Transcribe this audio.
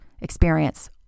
experience